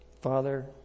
Father